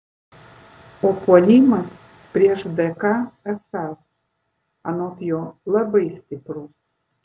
o puolimas prieš dk esąs anot jo labai stiprus